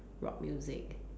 rock music